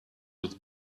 with